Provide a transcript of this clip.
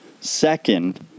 Second